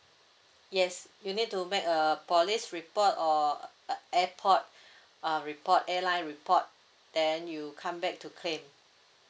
yes you need to make a police report or a airport uh report airline report then you come back to claim